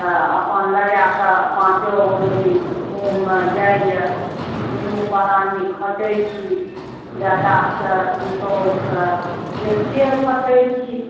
तऽ अपन लगाकऽ पाँचो अङ्गुरी मुँहमे जाइए दुनू प्राणी खटै छी बेटासँ पुतौहसँ बेसिए खटै छी